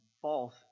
false